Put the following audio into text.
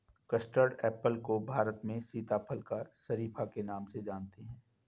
custard apple को भारत में सीताफल या शरीफा के नाम से जानते हैं